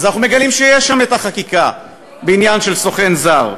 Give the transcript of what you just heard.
אנחנו מגלים שיש שם החקיקה בעניין של סוכן זר,